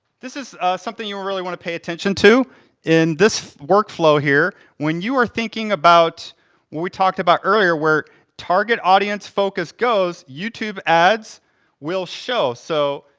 this this something you really want to pay attention to in this work-flow here, when you are thinking about what we talked about earlier, where target audience focus goes, youtube ads will show, so,